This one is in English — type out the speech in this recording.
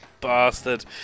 bastard